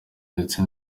ndetse